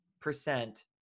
percent